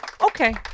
Okay